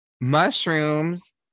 mushrooms